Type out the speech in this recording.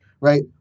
right